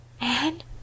Anne